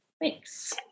Thanks